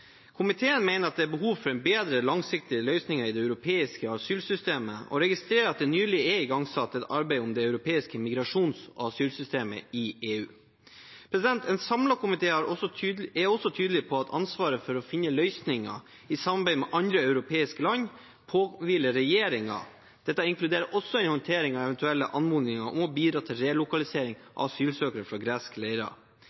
Komiteen mener at det er behov for bedre langsiktige løsninger i det europeiske asylsystemet, og registrerer at det nylig er igangsatt et arbeid om det europeiske migrasjons- og asylsystemet i EU. En samlet komité er også tydelig på at ansvaret for å finne løsninger i samarbeid med andre europeiske land påhviler regjeringen. Dette inkluderer også en håndtering av eventuelle anmodninger om å bidra til relokalisering